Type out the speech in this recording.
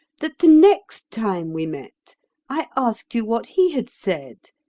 that the next time we met i asked you what he had said,